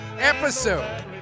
episode